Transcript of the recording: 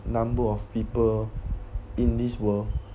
number of people in this world